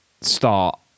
start